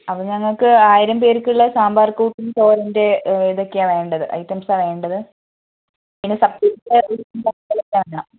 അപ്പോൾ ഞങ്ങൾക്ക് ആയിരം പേർക്കുള്ള സാമ്പാർ കൂട്ടും തോരൻ്റെ ഇതൊക്കെയേ വേണ്ടത് ഐറ്റംസാണ് വേണ്ടത്